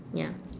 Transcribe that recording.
ya